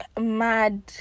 mad